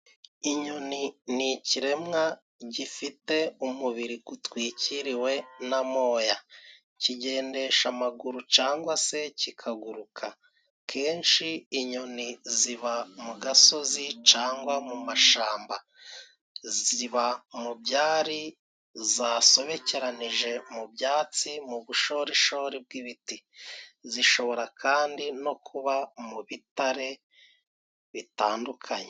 Inyoni ni ikiremwa gifite umubiri utwikiriwe n'a moya, kigendesha amaguru cyangwa se kikaguruka, akenshi inyoni ziba mu gasozi cangwa mu mashyamba, ziba mu byari zasobekeranije mu byatsi, mu bushorishori bw'ibiti, zishobora kandi no kuba mu bitare bitandukanye.